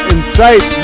Insight